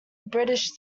british